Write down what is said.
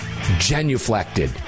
genuflected